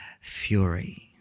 fury